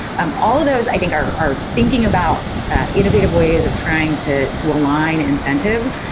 um all of those, i think, are thinking about innovative ways of trying to to align incentives,